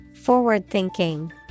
forward-thinking